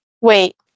Wait